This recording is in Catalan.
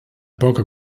poca